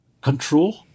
Control